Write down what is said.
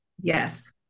Yes